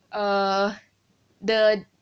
err the